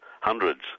hundreds